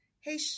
Hey